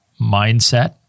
mindset